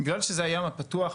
בגלל שזה הים הפתוח,